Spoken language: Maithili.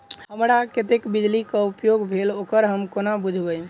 हमरा कत्तेक बिजली कऽ उपयोग भेल ओकर हम कोना बुझबै?